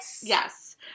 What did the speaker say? Yes